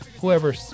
Whoever